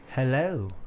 Hello